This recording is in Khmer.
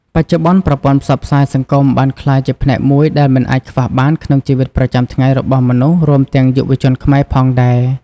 បច្ចុប្បន្ន ប្រព័ន្ធផ្សព្វផ្សាយសង្គមបានក្លាយជាផ្នែកមួយដែលមិនអាចខ្វះបានក្នុងជីវិតប្រចាំថ្ងៃរបស់មនុស្ស រួមទាំងយុវជនខ្មែរផងដែរ។